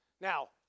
Now